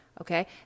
okay